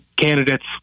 candidates